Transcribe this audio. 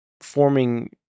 forming